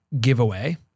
giveaway